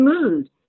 mood